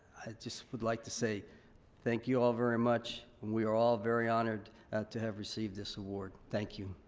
just would like to say thank you all very much. we are all very honored to have received this award. thank you.